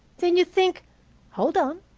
then you think hold on,